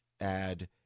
add